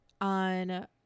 on